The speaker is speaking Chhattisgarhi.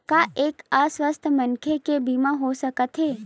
का एक अस्वस्थ मनखे के बीमा हो सकथे?